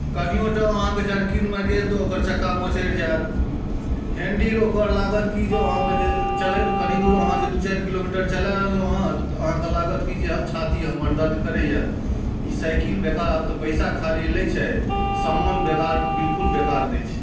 कनिओटा अहाँके जर्किंगमे गेल तऽ ओकर चक्का मोचड़ि जाएत हैण्डिल ओकर लागत कि जे अहाँके जे चलै कनि दूर अहाँ जे दुइ चारि किलोमीटर चला लेलहुँ हँ तऽ अहाँके लागत कि जे छाती हमर दर्द करैए ई साइकिल बेकार आब तऽ पइसा खाली लै छै समान बेकार बिल्कुल बेकार दै छै